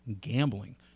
gambling